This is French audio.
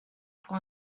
pour